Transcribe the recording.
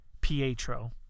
Pietro